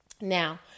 Now